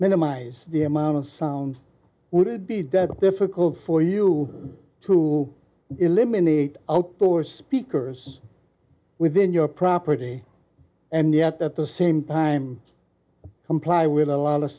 minimize the amount of sound would it be that difficult for you to eliminate outdoor speakers within your property and yet at the same time comply with a lot of